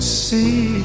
see